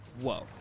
Whoa